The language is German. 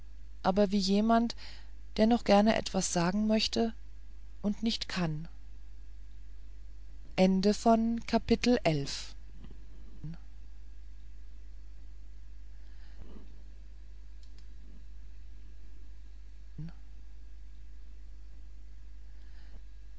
aber wie jemand der noch gern etwas sagen möchte und nicht kann